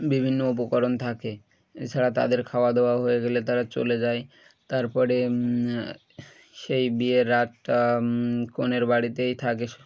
বিভিন্ন উপকরণ থাকে এছাড়া তাদের খাওয়া দাওয়া হয়ে গেলে তারা চলে যায় তারপরে সেই বিয়ের রাতটা কনের বাড়িতেই থাকে